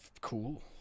cool